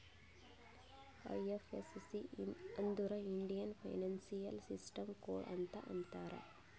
IFSC ಅಂದುರ್ Indian financial system code ಅಂತ್ ಅಂತಾರ್